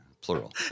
Plural